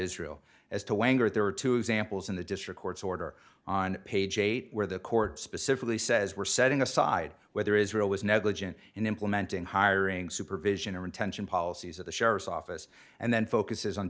israel as to why anger there are two examples in the district court's order on page eight where the court specifically says we're setting aside whether israel was negligent in implementing hiring supervision or intention policies of the sheriff's office and then focuses on